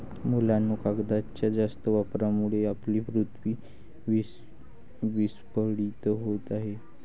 मुलांनो, कागदाच्या जास्त वापरामुळे आपली पृथ्वी विस्कळीत होत आहे